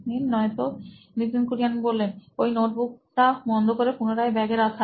Nitin Kurian C O O নোইন electronics ওই notebook তা বন্ধ করে পুনরায় ব্যাগে রাখা